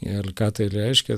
ir ką tai reiškia